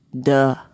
Duh